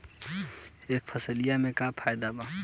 यह फसलिया में का फायदा बा?